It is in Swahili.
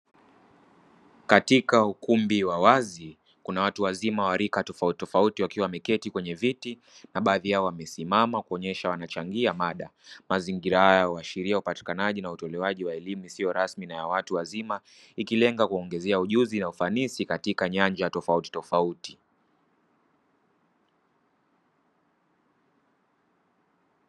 Katika ukumbi wa wazi, kuna watu wazima wa rika tofautitofauti, wakiwa wameketi kwenye viti na baadhi yao wamesimama kuonyesha wanachangia mada. Mazingira hayo huashiria upatikanaji na utolewaji wa elimu isiyo rasmi na ya watu wazima, ikilenga kuwaongezea ujuzi na ufanisi katika nyanja tofautitofauti.